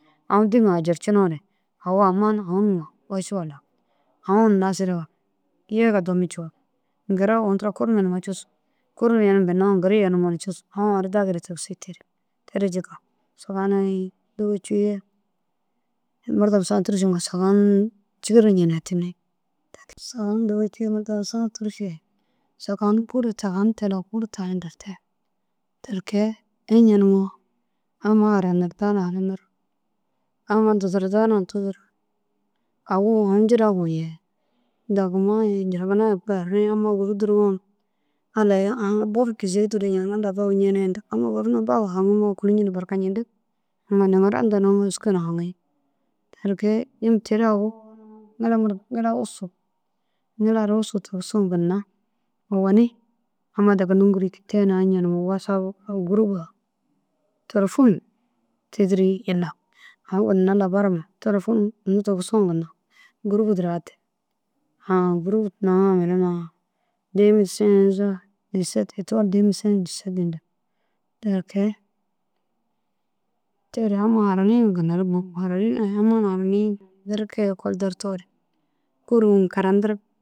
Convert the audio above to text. Aũ dîŋa ujurcinoore awu amma aũ numa woši walla aũ hun nasire walla yege domii ciyoo ŋgiroo ini tira kurum yenimoo cusu. Kurum yenime bênoo na ŋgiri yinimoo cusu aũ aũ ru dagire tigisi terig. Te re jika sagahun ai dûba cûu ye murdom saã tûrusu sagahun diri njinetinni. Sagahun dûba cûu ye murdom saã tûrusu sagahun buru sagahun te lau tani lerde. Ti kee iña niimoo amma haranirda na haranir amma dudurda na dudur awu aũ njiragu ye dagimma ye njiragina ye kûi haraniĩ amma gur durumoo Alla hã-ã hã bur kîzei duri njiŋa na allai bag njene yintig. Amma gur na bagu haŋimoore kûlinjindu barkajindig amma nimira hunda êska na haŋiĩ. Te re kee yim te ru awu ŋila ussu ara tigisiŋa ginna owoni amma deki nûŋguri yikii te na iña niŋoo wasab gûruba tôlfun tîdiri jilla. Aũ ginna labar tôlfun unu tigisuũ ginna gûrubu duro hatig. Haã gûrub tindaŋa mere na dêmil sîs dîset êtuwal dêmil seŋ êtuwal dîset yintig. Ti kee. Te re aũ mere haraniŋa ginna ru muk unnu haraniĩ berke ekol durtoore kûru karantirig.